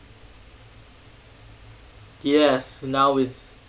yes now it's